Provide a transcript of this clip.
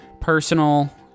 personal